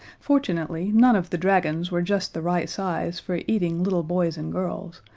fortunately none of the dragons were just the right size for eating little boys and girls,